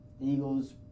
Eagles